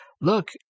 look